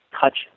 touch